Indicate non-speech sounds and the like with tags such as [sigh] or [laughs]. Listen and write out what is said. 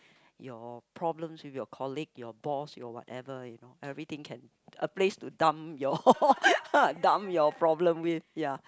your problems with your colleague your boss your whatever you know everything can a place to dump your [laughs] dump your problem with ya